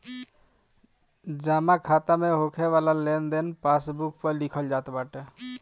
जमा खाता में होके वाला लेनदेन पासबुक पअ लिखल जात बाटे